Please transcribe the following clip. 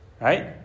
Right